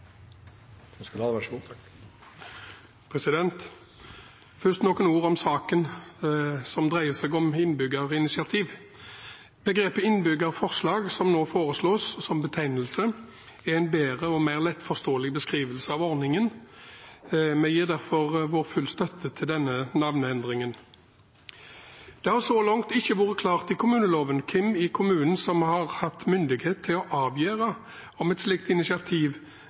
Først noen ord om saken som dreier seg om innbyggerinitiativ: Begrepet «innbyggerforslag», som nå foreslås som betegnelse, er en bedre og mer lettforståelig beskrivelse av ordningen. Kristelig Folkeparti gir derfor sin fulle støtte til denne «navneendringen». Det har så langt ikke vært klart i kommuneloven hvem i kommunen som har hatt myndighet til å avgjøre om et slikt initiativ